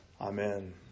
Amen